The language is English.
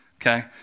Okay